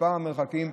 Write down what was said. על המרחקים.